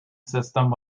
system